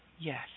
yes